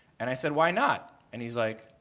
and i said, why not? and he's like,